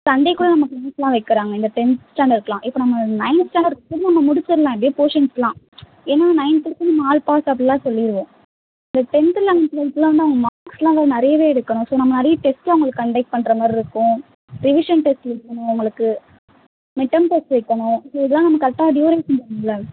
Sunday கூட நமக்கு மீட்டெலாம் வைக்கிறாங்க இந்த டென்த் ஸ்டாண்டட்க்கெலாம் இப்போ நம்ம நைந்த் ஸ்டாண்டர்ட்க்கு நம்ம முடிச்சுரலாம் எப்படியோ போர்ஷன்ஸெலாம் ஏனால் நைந்துக்கு நம்ம ஆல் பாஸ் அப்படிலாம் சொல்லிடுவோம் இந்த டென்த் லெவன்த் டுவேல்த்தெலாம் வந்து அவங்க மார்க்ஸெலாம் வந்து நிறையவே எடுக்கணும் ஸோ நம்ம நிறைய டெஸ்ட் அவங்களுக்கு கண்டெக்ட் பண்ணுற மாதிரி இருக்கும் ரிவிஷன் டெஸ்ட் வெக்கணும் அவங்களுக்கு மிட்டெம் டெஸ்ட் வைக்கணும் ஸோ இதெலாம் நம்ம கரெக்டாக டுயூரேஷன் வேணும்லை